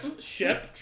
ship